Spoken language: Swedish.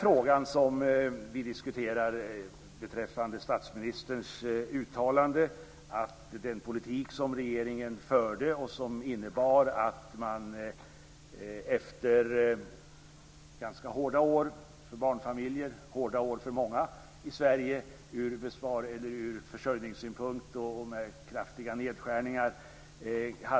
Regeringen hade fört en politik som innebar ganska hårda år med kraftiga nedskärningar för barnfamiljer och för många andra i Sverige.